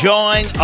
Join